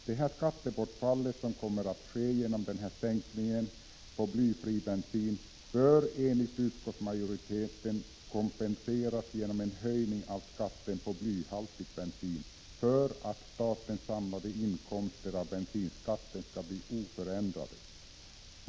Det skattebortfall som kommer att uppstå genom sänkningen av skatten på blyfri bensin bör, för att statens samlade inkomster av bensinskatten skall förbli oförändrade, enligt utskottsmajoriteten kompenseras genom en höjning av skatten på blyhaltig bensin.